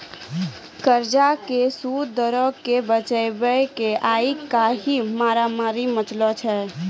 कर्जा के सूद दरो के बचाबै के आइ काल्हि मारामारी मचलो छै